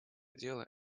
дела